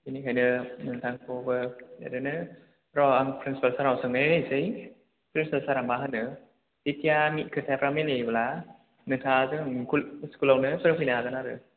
बेनिखायनो नोंथांखौबो ओरैनो र' आं प्रिन्सिपाल सारनाव सोंनायनायसै प्रिन्सिपाल सारआ मा होनो जेखिया आं खोथाफ्रा मिलायोब्ला नोंथाङा जों स्कुलआवनो फोरोंफैनो हागोन आरो